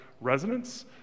resonance